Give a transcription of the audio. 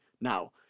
now